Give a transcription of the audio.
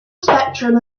spectrum